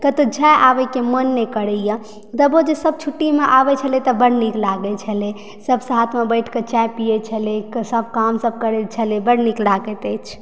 कतहुँ जै अबयके मोन नहि करैए तबहो जे सभ छुट्टीमे आबय छलै तऽ बड्ड नीक लागैत छलह सभ साथमे बैठके चाय पियै छलय सभ कामसभ करय छलय बड्ड नीक लागैत अछि